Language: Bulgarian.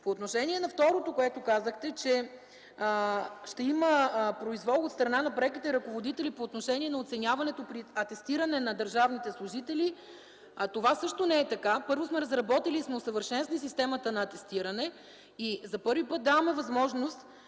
По отношение второто, което казахте, че ще има произвол от страна на преките ръководители по отношение оценяването при атестиране на държавните служители, това също не е така. Първо сме разработили и усъвършенствали системата на атестиране и за първи път даваме възможност